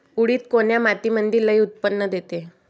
उडीद कोन्या मातीमंदी लई उत्पन्न देते?